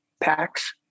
packs